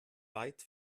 weit